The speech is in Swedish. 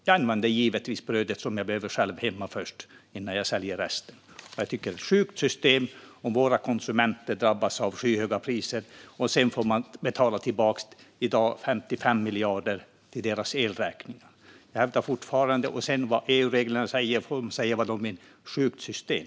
Jag skulle givetvis använda det bröd jag själv behöver hemma innan jag sålde resten. Jag tycker att detta är ett sjukt system. Våra konsumenter drabbas av skyhöga priser, och sedan får man betala tillbaka - i dag är det 55 miljarder - till deras elräkningar. EU-reglerna får säga vad de vill - det här är ett sjukt system.